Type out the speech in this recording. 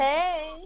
Hey